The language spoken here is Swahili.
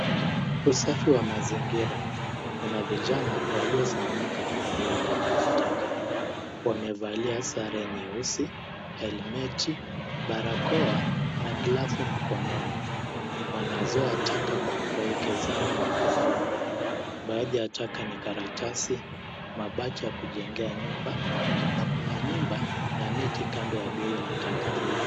Usafi wa mazingira, kuna vijana waliosimama katika biwi la takataka wamevalia sare nyeusi helmet , barakoa na glavu mkononi, wanazoa taka kwa kupokezana mikononi baadhi ya taka ni karatasi, mabati ya kujengea nyumba na kuna nyumba na miti kando ya biwi la taka hili.